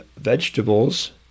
vegetables